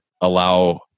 allow